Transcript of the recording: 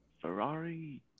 Ferrari